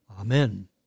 Amen